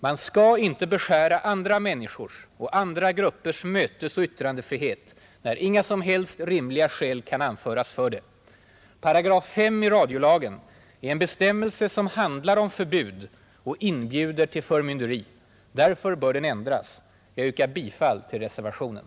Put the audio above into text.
Man skall inte beskära andra människors och andra gruppers mötesoch yttrandefrihet, när inga om helst rimliga skäl kan anföras för det. Paragraf 5 i radiolagen är en bestämmelse, som handlar om förbud och inbjuder till förmynderi. Därför bör den ändras. Jag yrkar bifall till reservationen.